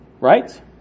right